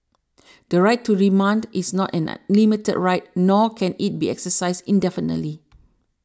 the right to remand is not an unlimited right nor can it be exercised indefinitely